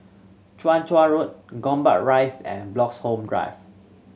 Chong Road Gombak Rise and Bloxhome Drive